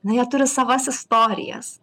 na jie turi savas istorijas